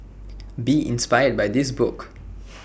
be inspired by this book